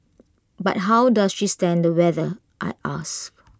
but how does she stand the weather I ask